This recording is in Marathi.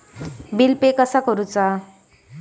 बिल पे कसा करुचा?